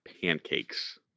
pancakes